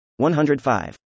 105